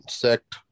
sect